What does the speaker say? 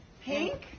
Pink